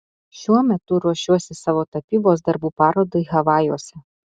šiuo metu ruošiuosi savo tapybos darbų parodai havajuose